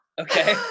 Okay